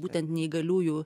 būtent neįgaliųjų